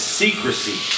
secrecy